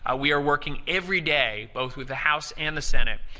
ah we are working every day, both with the house and senate,